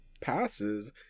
passes